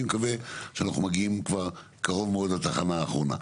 מקווה שאנחנו מגיעים כבר קרוב מאוד לתחנה האחרונה.